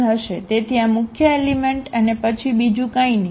તેથી આ મુખ્ય એલિમેન્ટબનશે અને પછી બીજું કંઇ નહીં